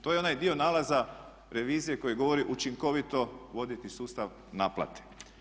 To je onaj dio nalaza revizije koji govori učinkovito voditi sustav naplate.